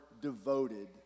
devoted